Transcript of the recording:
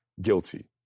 guilty